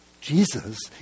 Jesus